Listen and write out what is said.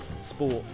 sport